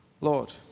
Lord